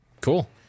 cool